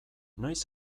noiz